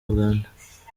uganda